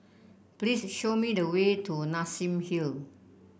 please show me the way to Nassim Hill